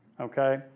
Okay